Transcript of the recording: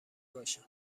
باشم